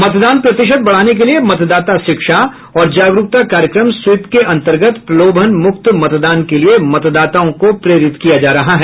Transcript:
मतदान प्रतिशत बढ़ाने के लिए मतदाता शिक्षा और जागरूकता कार्यक्रम स्वीप के अन्तर्गत प्रलोभन मुक्त मतदान के लिए मतदाताओं को प्रेरित किया जा रहा है